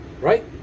right